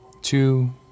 two